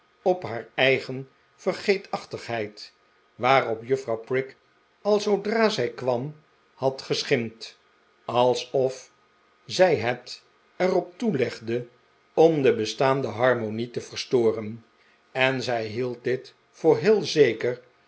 op haar eigen vergeetachtigheid waarop juffrouw prig al zoodra zij kwam had geschimpt alsof zij het er op toelegde om de bestaande harmonie te verstoren en zij hield dit voor heel zeker